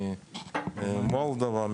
מולדובה,